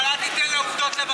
היו רקטות עוד